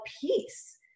peace